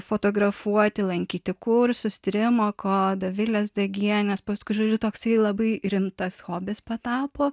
fotografuoti lankyti kursus tyrimo kodą vilės degienės paskui žodžiu toksai labai rimtas hobis patapo